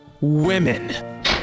Women